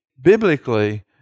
biblically